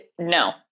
No